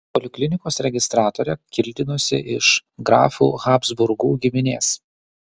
poliklinikos registratorė kildinosi iš grafų habsburgų giminės